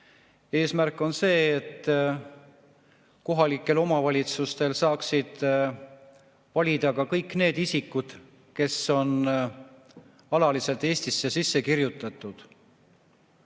Eesmärk on see, et kohalike omavalitsuste [valimisel] saaksid valida kõik need isikud, kes on alaliselt Eestisse sisse kirjutatud.